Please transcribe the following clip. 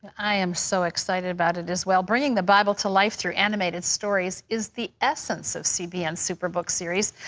i am so excited about it as well. bringing the bible to life through animated stories is the essence of cbn's superbook series,